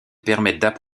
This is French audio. permettent